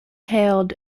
hailed